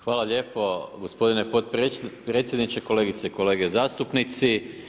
Hvala lijepo gospodine potpredsjedniče, kolegice i kolege zastupnici.